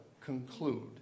conclude